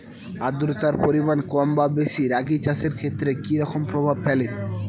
আদ্রতার পরিমাণ কম বা বেশি রাগী চাষের ক্ষেত্রে কি রকম প্রভাব ফেলে?